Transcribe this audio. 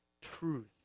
truth